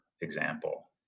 example